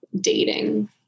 dating